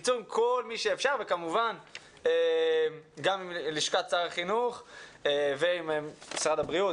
בקיצור עם כל מי שאפשר וכמובן גם לשכת שר החינוך ועם משרד הבריאות,